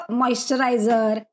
moisturizer, &